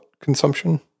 consumption